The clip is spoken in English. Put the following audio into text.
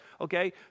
okay